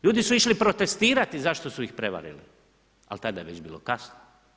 Ljudi su išli protestirati zašto su ih prevarili ali tada je već bilo kasno.